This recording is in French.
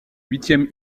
huitième